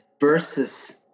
versus